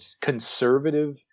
conservative